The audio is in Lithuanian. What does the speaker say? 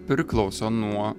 priklauso nuo